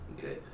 okay